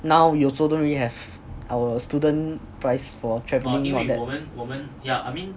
now we also don't really have our student price for travelling all that